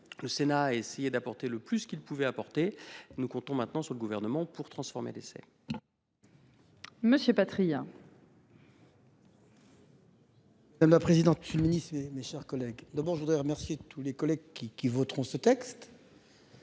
Le Sénat essayé d'apporter le plus, qu'il pouvait apporter. Nous comptons maintenant sur le gouvernement pour transformer l'essai. Monsieur Patriat. La présidente. Et mes chers collègues. D'abord je voudrais remercier tous les collègues qui, qui voteront ce texte.